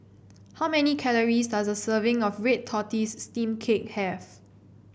how many calories does a serving of Red Tortoise Steamed Cake have